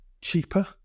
cheaper